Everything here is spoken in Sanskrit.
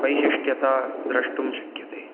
वैशिष्ट्यतां द्रष्टुं शक्यते